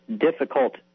difficult